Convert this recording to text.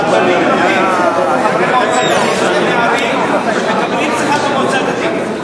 רבנים רבים חברי מועצה דתית מקבלים שכר מהמועצה הדתית.